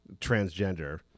transgender